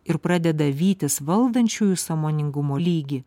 ir pradeda vytis valdančiųjų sąmoningumo lygį